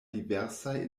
diversaj